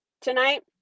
tonight